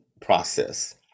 process